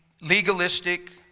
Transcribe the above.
legalistic